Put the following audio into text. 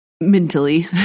mentally